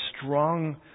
strong